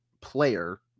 player